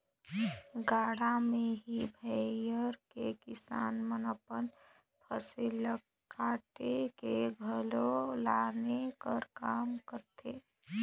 गाड़ा मे ही भइर के किसान मन अपन फसिल ल काएट के घरे लाने कर काम करथे